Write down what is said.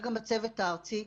וגן הצוות הארצי,